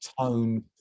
tone